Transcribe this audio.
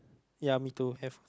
ya me too have